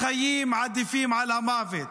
החיים עדיפים על המוות,